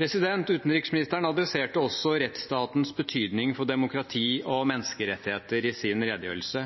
Utenriksministeren adresserte også rettsstatens betydning for demokrati og menneskerettigheter i sin redegjørelse.